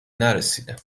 نرسیده